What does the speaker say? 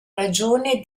ragione